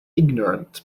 ignorant